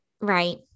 Right